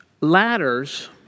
Ladders